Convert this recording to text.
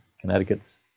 Connecticut's